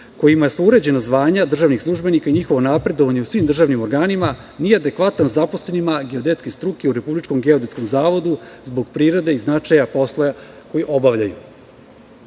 kojima su uređena zvanja državnih službenika i njihovo napredovanje u svim državnim organima nije adekvatan zaposlenima geodetske struke u Republičkom geodetskom zavodu, zbog prirode i značaja posla koji obavljaju. Naime,